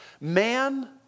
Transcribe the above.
Man